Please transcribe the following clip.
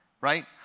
right